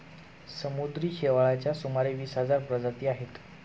समुद्री शेवाळाच्या सुमारे वीस हजार प्रजाती आहेत